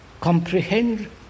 comprehend